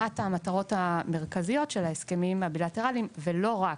אחת המטרות המרכזיות של ההסכמים הבילטרליים ולא רק,